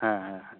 ᱦᱮᱸ ᱦᱮᱸ ᱦᱮᱸ